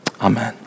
Amen